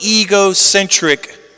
egocentric